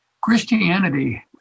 Christianity